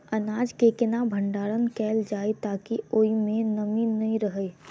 अनाज केँ केना भण्डारण कैल जाए ताकि ओई मै नमी नै रहै?